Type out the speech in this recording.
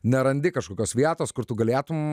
nerandi kažkokios vietos kur tu galėtum